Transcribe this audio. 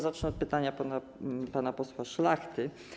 Zacznę od pytania pana posła Szlachty.